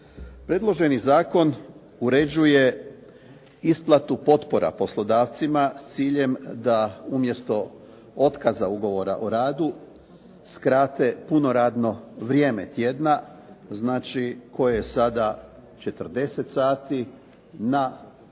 Predloženi zakon uređuje isplatu potpora poslodavcima s ciljem da umjesto otkaza ugovora o radu skrate puno radno vrijeme tjedna, znači koje je sada 40 sati na 32